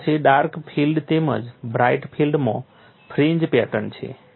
તમારી પાસે dark field તેમજ બ્રાઇટ ફિલ્ડમાં ફ્રિન્જ પેટર્ન છે